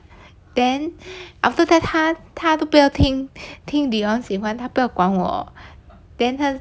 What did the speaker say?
then after that 他他都不要听听 dion 喜欢他不要管我 then 他